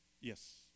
Yes